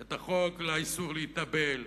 את החוק לאיסור להתאבל,